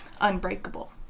unbreakable